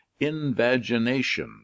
invagination